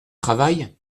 travail